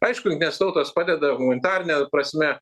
aišku jungtinės tautos padeda humanitarine prasme